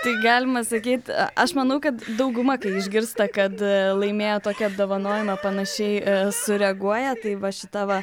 tai galima sakyt aš manau kad dauguma kai išgirsta kad laimėjo tokį apdovanojimą panašiai sureaguoja tai va šita va